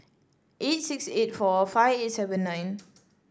eight six eight four five eight seven nine